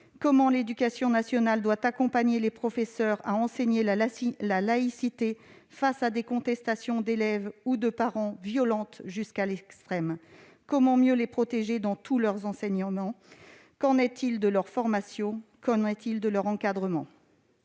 comment l'éducation nationale doit-elle accompagner les professeurs dans l'enseignement de la laïcité face à des contestations d'élèves ou de parents violentes jusqu'à l'extrême ? Comment mieux les protéger dans tous leurs enseignements ? de leur formation et de leur encadrement ?